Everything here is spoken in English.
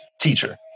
teacher